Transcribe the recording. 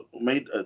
made